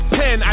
ten